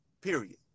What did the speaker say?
period